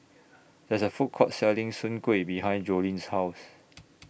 There IS A Food Court Selling Soon Kway behind Joleen's House